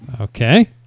Okay